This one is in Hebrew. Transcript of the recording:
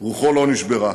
רוחו לא נשברה.